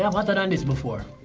um hotter than this before